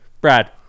Brad